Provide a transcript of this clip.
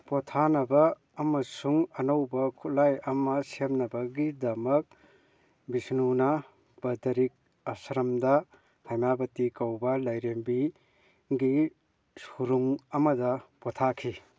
ꯄꯣꯊꯥꯅꯕ ꯑꯃꯁꯨꯡ ꯑꯅꯧꯕ ꯈꯨꯠꯂꯥꯏ ꯑꯃ ꯁꯦꯝꯅꯕꯒꯤꯗꯃꯛ ꯚꯤꯁꯅꯨꯅ ꯕꯗꯔꯤꯛ ꯑꯥꯁ꯭ꯔꯝꯗ ꯍꯩꯃꯥꯕꯇꯤ ꯀꯧꯕ ꯂꯥꯏꯔꯦꯝꯕꯤꯒꯤ ꯁꯨꯔꯨꯡ ꯑꯃꯗ ꯄꯣꯊꯥꯈꯤ